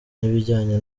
n’ibijyanye